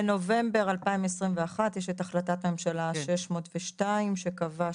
בנובמבר 2021 יש את החלטת ממשלה 602 שקבעה